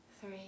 three